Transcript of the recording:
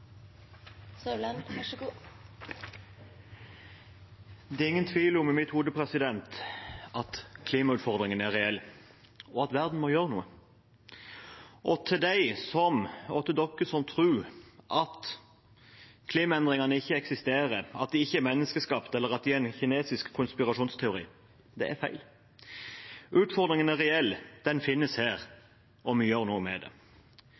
ingen tvil om at klimautfordringen er reell, og at verden må gjøre noe. Til dem som tror at klimaendringene ikke eksisterer, at de ikke er menneskeskapte, eller at de er en kinesisk konspirasjonsteori: Det er feil. Utfordringen er reell. Den finnes her, og vi må gjøre noe med det. Vi gjør faktisk noe med det.